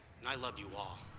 and i love you all.